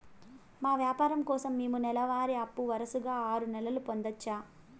మా వ్యాపారం కోసం మేము నెల వారి అప్పు వరుసగా ఆరు నెలలు పొందొచ్చా?